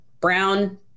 brown